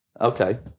Okay